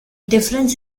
difference